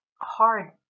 hard